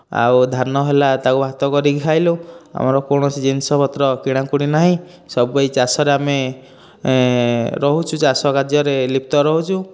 ଆଉ ଧାନ ହେଲା ତାକୁ ଭାତ କରିକି ଖାଇଲୁ ଆମର କୌଣସି ଜିନିଷ ପତ୍ର କିଣା କୁଣି ନାହିଁ ସବୁ ଏ ଚାଷରେ ଆମେ ରହୁଛୁ ଚାଷ କାର୍ଯ୍ୟରେ ଲିପ୍ତ ରହୁଛୁ